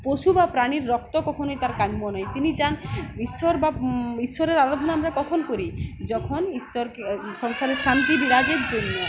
পশু বা প্রাণীর রক্ত কখনই তার কাম্য নেয় তিনি যান ঈশ্বর বা ঈশ্বরের আরাধনা আমরা কখন করি যখন ঈশ্বরকে সংসারের শান্তি বিরাজের জন্য